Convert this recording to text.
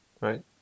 right